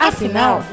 Afinal